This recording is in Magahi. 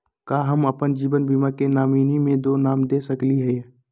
का हम अप्पन जीवन बीमा के नॉमिनी में दो नाम दे सकली हई?